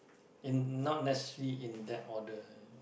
in not necessary in that order